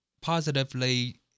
positively